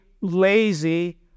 lazy